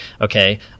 okay